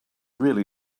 really